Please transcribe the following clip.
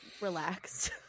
relaxed